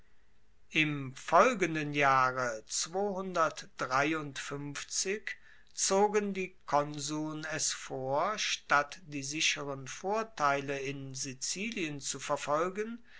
im folgenden jahre zogen die konsuln es vor statt die sicheren vorteile in sizilien zu verfolgen